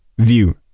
View